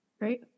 Right